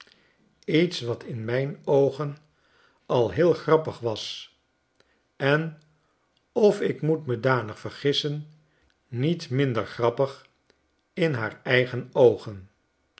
iets wat in myn oogen al heel grappig was en of ik moet me danig vergissen niet minder grappig in haar eigen oogen